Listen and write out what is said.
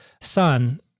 son